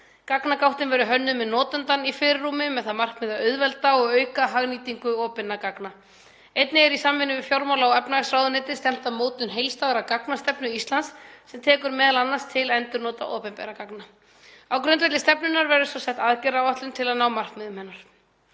Gagnagáttin verður hönnuð með notandann í fyrirrúmi með það að markmiði að auðvelda og auka hagnýtingu opinna gagna. Einnig er, í samvinnu við fjármála- og efnahagsráðuneyti, stefnt að mótun heildstæðrar gagnastefnu Íslands sem tekur m.a. til endurnota opinberra gagna. Á grundvelli stefnunnar verður svo sett aðgerðaáætlun til ná markmiðum hennar.